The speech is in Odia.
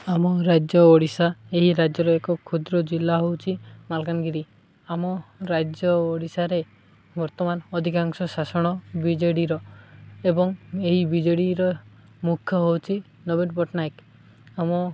ଆମ ରାଜ୍ୟ ଓଡ଼ିଶା ଏହି ରାଜ୍ୟର ଏକ କ୍ଷୁଦ୍ର ଜିଲ୍ଲା ହେଉଛି ମାଲକାନଗିରି ଆମ ରାଜ୍ୟ ଓଡ଼ିଶାରେ ବର୍ତ୍ତମାନ ଅଧିକାଂଶ ଶାସନ ବିଜେଡ଼ିର ଏବଂ ଏହି ବିଜେଡ଼ିର ମୁଖ୍ୟ ହେଉଛି ନବୀନ ପଟ୍ଟନାୟକ ଆମ